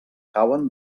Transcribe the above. cauen